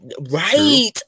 Right